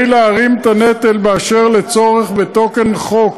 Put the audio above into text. כדי להרים את הנטל באשר לצורך בתיקון חוק,